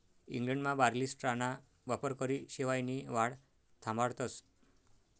इंग्लंडमा बार्ली स्ट्राॅना वापरकरी शेवायनी वाढ थांबाडतस